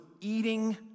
eating